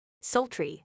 sultry